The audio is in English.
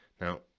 now